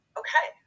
okay